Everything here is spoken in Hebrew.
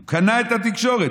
הוא קנה את התקשורת.